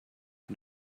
and